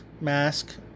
mask